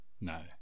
No